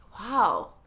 wow